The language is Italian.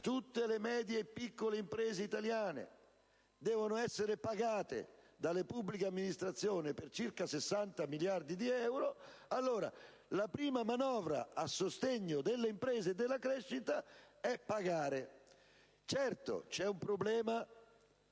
tutte le medie e piccole imprese italiane debbono essere pagate dalle pubbliche amministrazioni per circa 60 miliardi di euro, la prima manovra a sostegno delle imprese e della crescita è pagare. Certo, c'è un problema